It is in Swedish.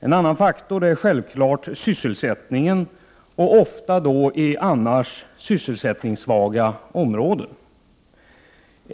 En annan faktor är självfallet sysselsättningen, ofta då i annars sysselsättningssvaga områden.